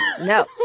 No